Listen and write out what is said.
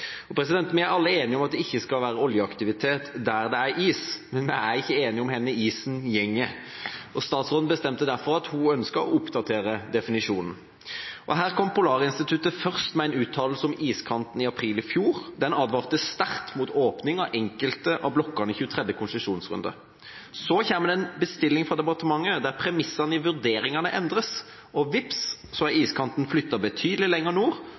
Vi er alle enige om at det ikke skal være oljeaktivitet der det er is, men vi er ikke enige om hvor iskanten går. Statsråden ønsket derfor å oppdatere definisjonen. Først kom Polarinstituttet med en uttalelse om iskanten – i april i fjor – der en advarte sterkt mot åpning av enkelte av blokkene i 23. konsesjonsrunde. Så kommer det en bestilling fra departementet der premissene i vurderingene endres – og vips, så er iskanten flyttet betydelig lenger nord,